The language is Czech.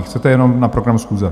Chcete jenom na program schůze?